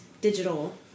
digital